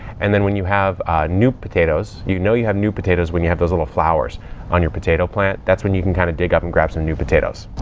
and then when you have new potatoes, you know you have new potatoes when you have those little flowers on your potato plant. that's when you can kind of dig up and grab some new potatoes.